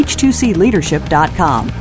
H2Cleadership.com